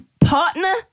Partner